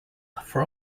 for